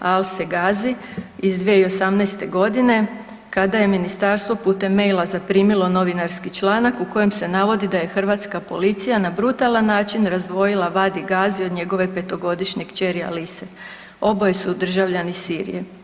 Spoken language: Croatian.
Alse Gazi iz 2018. godine kada je ministarstvo putem maila zaprimilo novinarski članak u kojem se navodi da je hrvatska policija na brutalan način razdvojila Vadi Gazi od njegove 5-to godišnje kćeri Alise, oboje su državljani Sirije.